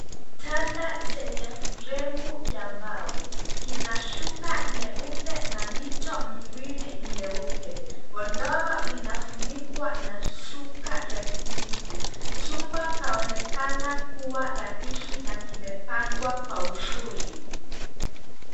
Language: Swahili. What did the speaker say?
Kitanda chenye fremu ya mbao kina shuka nyeupe na mito miwili mieupe. Godoro linafunikwa na shuka ya kijivu, chumba kaonaonekana kuwa rahisi na kimepangwa kwa uzuri.